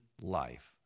life